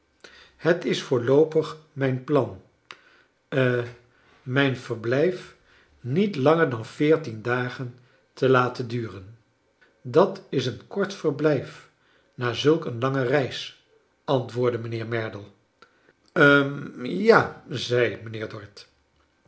het is voorloopig mijn plan ha mijn verblijf niet langer dan veertien dagen te laten duren dat is een kort verblijf na znlk een lange reis antwoordde mijnheer merdle hm ja zei mijnheer